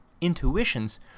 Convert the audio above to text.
intuitions